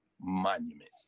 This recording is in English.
Monument